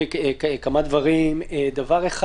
דבר אחד.